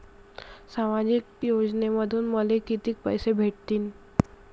सामाजिक योजनेमंधून मले कितीक पैसे भेटतीनं?